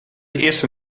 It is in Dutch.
eerste